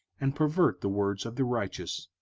and pervert the words of the righteous.